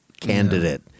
candidate